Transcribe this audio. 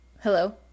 Hello